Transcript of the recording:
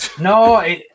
No